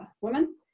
women